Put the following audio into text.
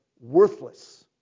worthless